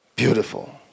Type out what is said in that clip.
Beautiful